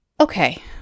Okay